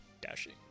Dashing